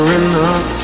enough